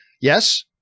Yes